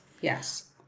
Yes